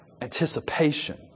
Anticipation